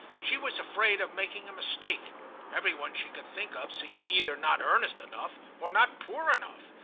she was afraid of making a mistake every one she could think of seemed either not earnest enough or not poor enough.